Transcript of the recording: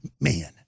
man